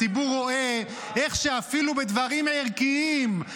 הציבור רואה איך שאפילו בדברים ערכיים,